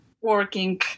working